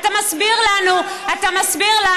אתה מסביר לנו למה,